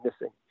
missing